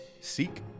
seek